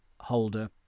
holder